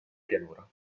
pianura